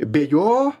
be jo